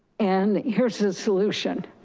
and here's the solution,